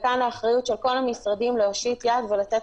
נתנו אחריות של כל המשרדים להושיט יד ולתת